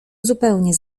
zupełnie